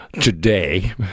today